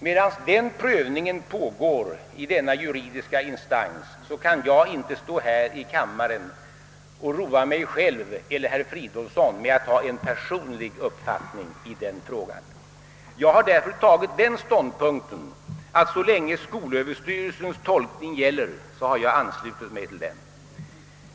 Medan denna prövning pågår i dessa juridiska instanser kan jag inte stå här i kammaren och roa mig själv eller herr Fridolfsson med att ha en uppfatt ning i den frågan. Jag har därför tagit den ståndpunkten, att så länge skolöverstyrelsens tolkning gäller har jag anslutit mig till den.